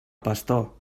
pastor